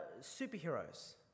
Superheroes